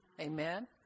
Amen